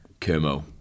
Kermo